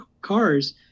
cars